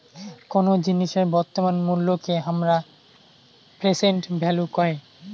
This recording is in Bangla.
কোন জিনিসের বর্তমান মুল্যকে হামরা প্রেসেন্ট ভ্যালু কহে